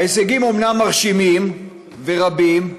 ההישגים אומנם מרשימים ורבים,